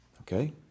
Okay